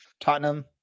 Tottenham